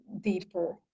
deeper